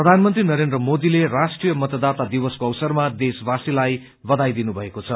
प्रधानमन्त्री नरेन्द्र मोदीले राष्ट्रीय मतदाता दिवसको अवसरमा देशवासीलाई बधाई दिनुभएको छ